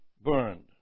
burned